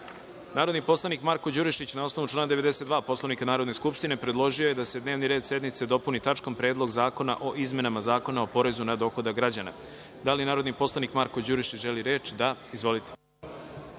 predlog. Narodni poslanik Marko Đurišić, na osnovu člana 92. Poslovnika Narodne skupštine, predložio je da se dnevni red sednice dopuni tačkom – Predlog zakona o izmenama Zakona o finansiranju lokalne samouprave. Da li narodni poslanik Marko Đurišić želi reč? (Da)Izvolite.